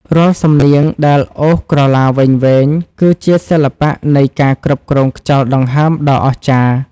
រាល់សំនៀងដែលអូសក្រឡាវែងៗ គឺជាសិល្បៈនៃការគ្រប់គ្រងខ្យល់ដង្ហើមដ៏អស្ចារ្យ។